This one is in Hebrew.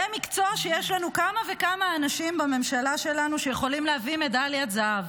זה מקצוע שיש לנו כמה וכמה אנשים בממשלה שלנו שיכולים להביא מדליית זהב.